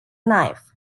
knife